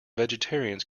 vegetarians